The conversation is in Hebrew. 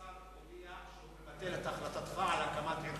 השר הודיע שהוא מבטל את החלטתך על הקמת עיר חדשה.